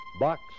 Box